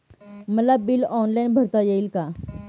मला bill online भरता येईल का?